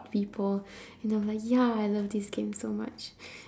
people and I'm like ya I love this game so much